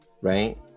right